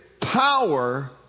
power